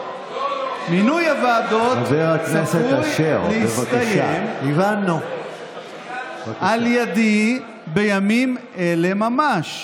מינוי הוועדות צפוי להסתיים על ידי בימים אלה ממש,